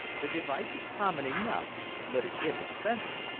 the device is common enough but it is expensive.